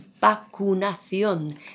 vacunación